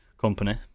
company